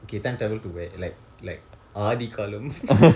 okay time travel to where like like ஆதி காலம்:aathi kaalam